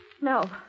No